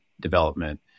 development